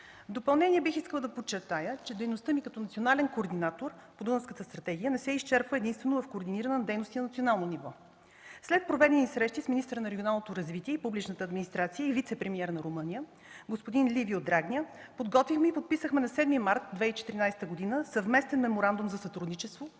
В допълнение бих искала да подчертая, че дейността ми като национален координатор по Дунавската стратегия не се изчерпва единствено от координиране на дейност на национално ниво. След проведени срещи с министъра на регионалното развитие и публичната администрация и вицепремиера на Румъния господин Ливио Драгня подготвихме и подписахме на 7 март 2014 г. съвместен Меморандум за сътрудничество,